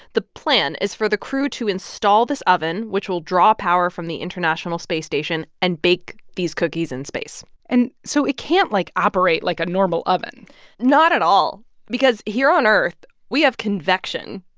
the plan is for the crew to install this oven, which will draw power from the international space station, and bake these cookies in space and so it can't, like, operate like a normal oven not at all because here on earth, we have convection,